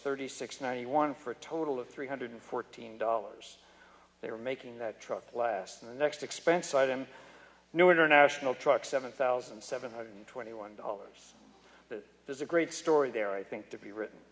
thirty six ninety one for a total of three hundred fourteen dollars they are making that truck class the next expense item new international truck seven thousand seven hundred twenty one dollars does a great story there i think to be written